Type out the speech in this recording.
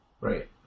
Right